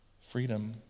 freedom